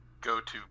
go-to